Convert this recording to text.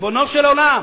ריבונו של עולם.